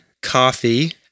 coffee